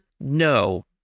No